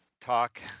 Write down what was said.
talk